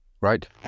Right